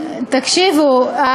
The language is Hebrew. חבר כנסת אחד חתם עליהם, תקשיבו,